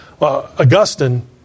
Augustine